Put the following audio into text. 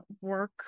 work